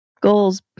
Goals